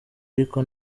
ariko